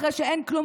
אחרי שאין כלום,